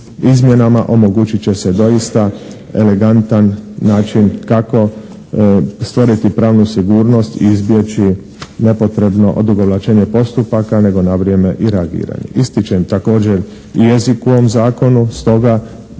izmjenama omogućit će se doista elegantan način kako stvoriti pravnu sigurnost i izbjeći nepotrebno odugovlačenje postupaka nego i na vrijeme reagirani. Ističem također i jezik u ovom zakonu. Stoga